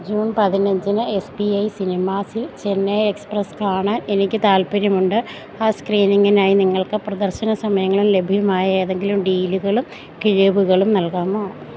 June പതിനഞ്ചിന് S P I സിനിമാസിൽ Chennai Express കാണാൻ എനിക്ക് താൽപ്പര്യമുണ്ട് ആ സ്ക്രീനിങ്ങിനായി നിങ്ങൾക്ക് പ്രദർശന സമയങ്ങളും ലഭ്യമായ ഏതെങ്കിലും ഡീലുകളും കിഴിവുകളും നൽകാമോ